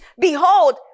behold